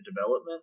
development